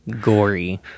gory